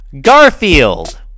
garfield